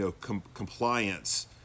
compliance